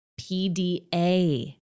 PDA